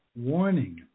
warning